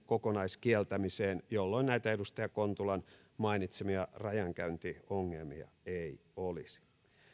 kokonaiskieltämiseen jolloin näitä edustaja kontulan mainitsemia rajankäyntiongelmia ei olisi